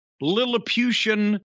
Lilliputian